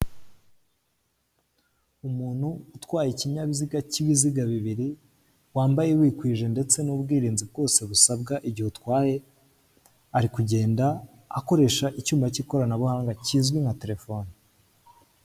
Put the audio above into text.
Umuntu utwaye ikinyabiziga cy'ibiziga bibiri wambaye wikwije ndetse n'ubwirinzi bwose busabwa igihe utwaye ari kugenda akoresha icyuma cy'ikoranabuhanga kizwi nka telefone.